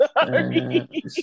sorry